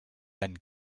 then